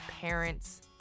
parents